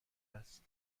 است